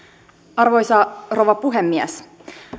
arvoisa rouva puhemies